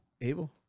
Abel